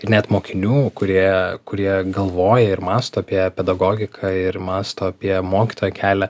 ir net mokinių kurie kurie galvoja ir mąsto apie pedagogiką ir mąsto apie mokytojo kelią